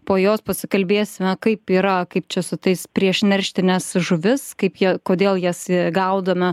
po jos pasikalbėsime kaip yra kaip čia su tais priešnerštines žuvis kaip jie kodėl jas gaudome